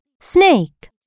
Snake